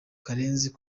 karenzi